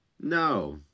No